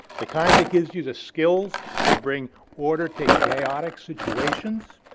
the kind that gives you the skills to bring order to chaotic situations,